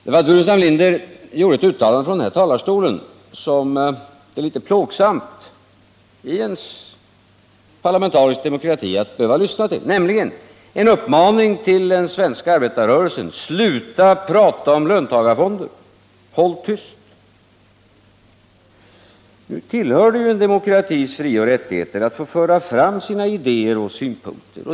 Herr Burenstam Linder gjorde i denna talarstol ett uttalande som det är litet plågsamt att behöva lyssna på i en parlamentarisk demokrati, nämligen en uppmaning till den svenska arbetarrörelsen: Sluta prata om löntagarfonder och håll tyst! Nu tillhör det en demokratis frioch rättigheter att man får föra fram sina idéer och synpunkter.